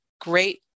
great